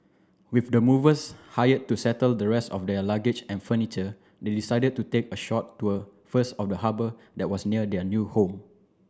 with the movers hired to settle the rest of their luggage and furniture they decided to take a short tour first of the harbour that was near their new home